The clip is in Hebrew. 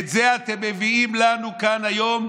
ואת זה אתם מביאים לנו כאן היום,